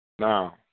Now